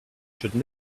should